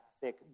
thick